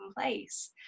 place